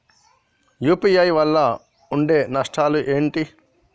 UPI వల్ల ఉండే నష్టాలు ఏంటి??